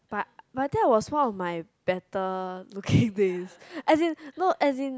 but but that was one of my better looking day as in no as in